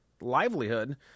livelihood